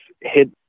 hit